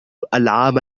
العام